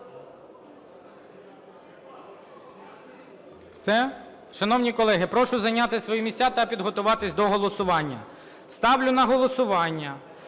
Все? Шановні колеги, прошу зайняти свої місця та підготуватись до голосування. Ставлю на голосування